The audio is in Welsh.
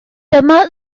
dyma